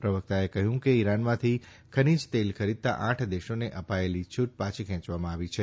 પ્રવકતાએ કહયું કે ઈરાનમાંથી ખનીજ તેલ ખરીદતા આઠ દેશોને અપાયેલી છુટ પાછી ખેંચવામાં આવી છે